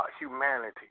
Humanity